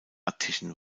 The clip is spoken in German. attischen